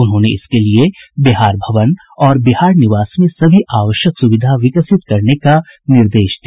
उन्होंने इसके लिए बिहार भवन और बिहार निवास में सभी आवश्यक सुविधा विकसित करने का निर्देश दिया